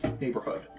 neighborhood